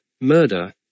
murder